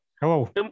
Hello